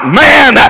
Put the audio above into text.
man